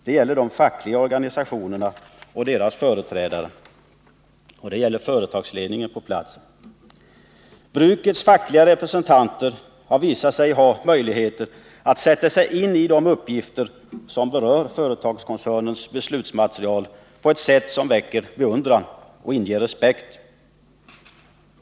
Det gäller de 13 fackliga organisationerna och deras företrädare, och det gäller företagsledningen på platsen. Brukets fackliga representanter har visat sig ha möjligheter att sätta sig in i de uppgifter som berör företagskoncernens beslutsmaterial på ett sätt som väcker beundran och inger respekt.